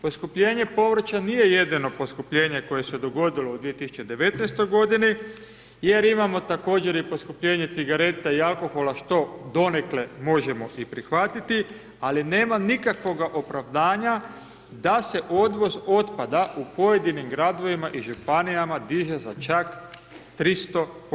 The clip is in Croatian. Poskupljenje povrća nije jedino poskupljenje koje se dogodilo u 2019.-toj godini jer imamo također i poskupljenje cigareta i alkohola, što donekle možemo i prihvatiti, ali nema nikakvoga opravdanja da se odvoz otpada u pojedinim gradovima i županijama diže za čak 300%